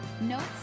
notes